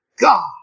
God